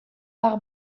par